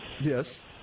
Yes